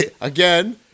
Again